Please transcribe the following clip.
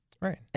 Right